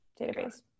database